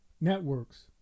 networks